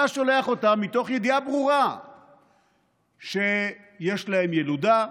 אתה שולח אותם מתוך ידיעה ברורה שיש להם ילודה,